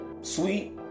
sweet